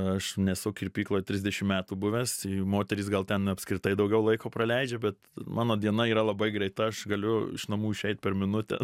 aš nesu kirpykloj trisdešim metų buvęs moterys gal ten apskritai daugiau laiko praleidžia bet mano diena yra labai greita aš galiu iš namų išeit per minutę